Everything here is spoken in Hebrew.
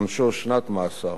עונשו שנת מאסר.